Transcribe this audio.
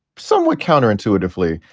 somewhat counterintuitively,